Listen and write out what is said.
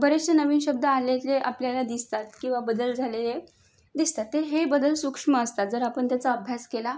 बरेचसे नवीन शब्द आलेले आपल्याला दिसतात किंवा बदल झालेले दिसतात ते हे बदल सूक्ष्म असतात जर आपण त्याचा अभ्यास केला